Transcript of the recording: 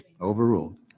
Overruled